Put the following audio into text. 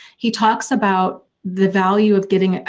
he talks about the value of giving.